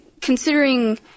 considering